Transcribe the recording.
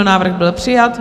Návrh byl přijat.